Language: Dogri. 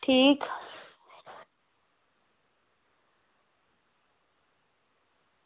ठीक